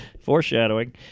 foreshadowing